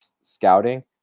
scouting